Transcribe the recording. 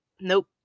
nope